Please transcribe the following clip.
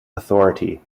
authority